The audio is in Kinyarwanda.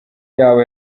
yabo